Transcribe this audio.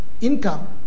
income